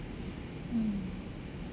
mm